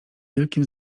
wielkim